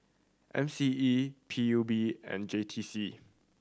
M C E P U B and J T C